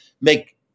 make –